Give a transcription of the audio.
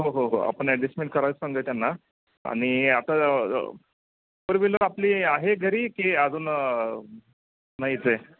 हो हो हो आपण ॲडजस्टमेंट करायला सांगू या त्यांना आणि आता फोर व्हिलर आपली आहे घरी की अजून नाही आहे